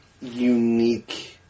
unique